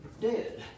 dead